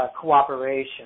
cooperation